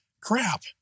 crap